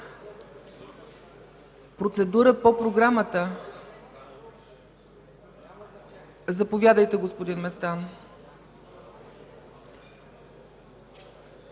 Процедура по програмата? Заповядайте, господин Местан.